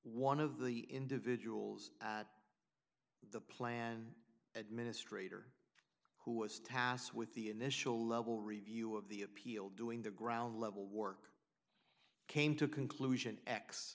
one of the individuals at the plan administrator who was tasked with the initial level review of the appeal doing the ground level work came to a conclusion